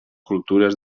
cultures